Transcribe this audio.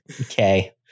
Okay